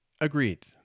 Agreed